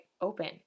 open